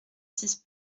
six